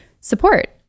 support